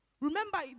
Remember